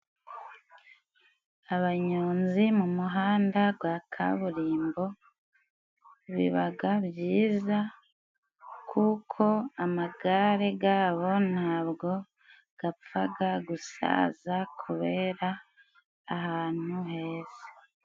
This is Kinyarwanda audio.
Abanyonzi mu muhanda gwa kaburimbo, bibaga byiza kuko amagare gabo ntabwo gapfaga gusaza kubera ahantu heza.